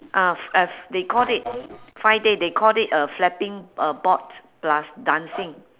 ah ah they called it five day they called it uh flapping uh bot plus dancing